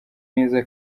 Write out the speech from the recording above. neza